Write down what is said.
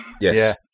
Yes